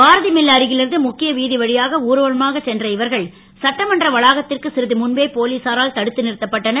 பார மில் அருகில் இருந்து முக்கிய வீ வ யாக ஊர்வலமாக சென்ற இவர்கள் சட்டமன்ற வளாகத் ற்கு சிறிது முன்பே போலீசாரால் தடுத்து றுத்தப்பட்டனர்